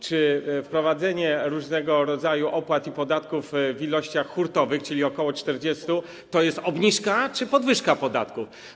Czy wprowadzenie różnego rodzaju opłat i podatków w ilościach hurtowych, czyli ok. 40, to jest obniżka czy podwyżka podatku?